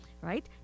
right